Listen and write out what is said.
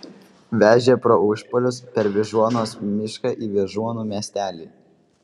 vežė pro užpalius per vyžuonos mišką į vyžuonų miestelį